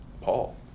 Paul